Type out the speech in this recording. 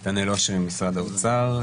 שמי נתנאל אשרי ממשרד האוצר.